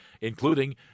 including